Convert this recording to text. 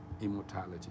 immortality